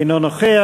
אינו נוכח,